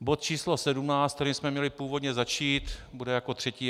Bod číslo 17, kterým jsme měli původně začít, bude jako třetí.